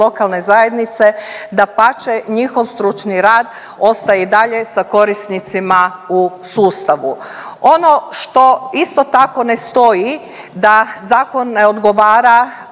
lokalne zajednice, dapače, njihov stručni rad ostaje i dalje sa korisnicima u sustavu. Ono što isto tako ne stoji da zakon ne odgovara